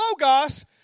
Logos